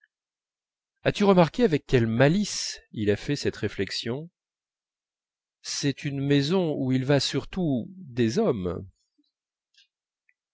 as-tu remarqué avec quelle malice il a fait cette réflexion c'est une maison où il va surtout des hommes